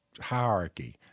hierarchy